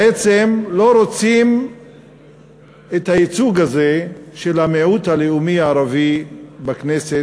בעצם לא רוצים את הייצוג הזה של המיעוט הלאומי הערבי בכנסת,